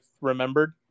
remembered